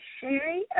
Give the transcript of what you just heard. sherry